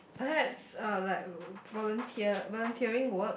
perhaps uh like volunteer like volunteering work